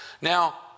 Now